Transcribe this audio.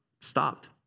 stopped